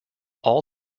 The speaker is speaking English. all